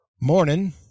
morning